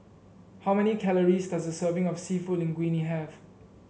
how many calories does a serving of seafood Linguine have